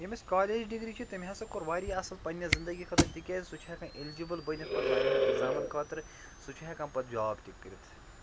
ییٚمِس college degree چھِ تٔمۍ ہسا کوٚر واریاہ اَصٕل پنٕنہِ زِنٛدگی خٲطرٕ تِکیٛازِ سُہ چھُ ہٮ۪کان الجِبُل بٔنِتھ پَتہٕ واریاہَن ایکزامن خٲطرٕ سُہ چھُ ہٮ۪کان پَتہٕ جاب تہِ کٔرِتھ